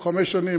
או חמש שנים,